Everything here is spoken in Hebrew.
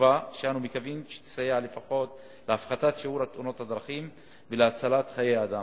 חשובה שאנו מקווים שתסייע להפחתת שיעור תאונות הדרכים ולהצלת חיי אדם.